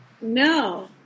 No